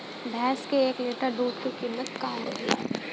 भैंस के एक लीटर दूध का कीमत का होखेला?